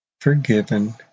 forgiven